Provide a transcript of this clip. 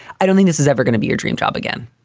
i don't think this is ever gonna be your dream job again.